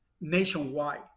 nationwide